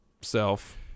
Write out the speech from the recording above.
self